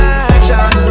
action